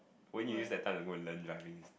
when you use that time to go and learn driving